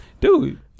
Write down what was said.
dude